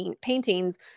paintings